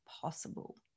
possible